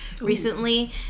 recently